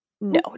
no